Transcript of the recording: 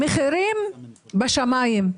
מחירים בשמיים.